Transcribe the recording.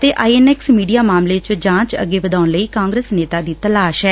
ਅਤੇ I N X media ਮਾਮਲੇ ਚ ਜਾਂਚ ਅੱਗੇ ਵਧਾਉਣ ਲਈ ਕਾਂਗਰਸ ਨੇਤਾ ਦੀ ਤਲਾਸ਼ ਐ